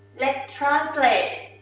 let's translate.